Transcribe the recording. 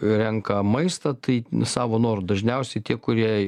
renka maistą tai savo noru dažniausiai tie kurie